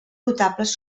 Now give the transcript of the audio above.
notables